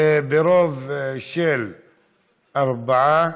ברוב של ארבעה,